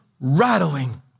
rattling